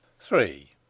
Three